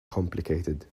complicated